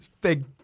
Big